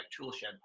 Toolshed